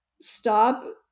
stop